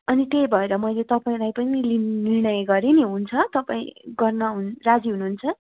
अनि त्यही भएर मैले तपाईँलाई पनि लिन निर्णय गरेँ पनि हुन्छ तपाईँ गर्न हुन राजी हुनु हुन्छ